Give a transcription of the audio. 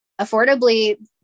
affordably